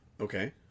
Okay